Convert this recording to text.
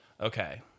okay